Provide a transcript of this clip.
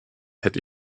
hätte